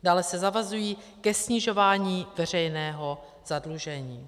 Dále se zavazují ke snižování veřejného zadlužení.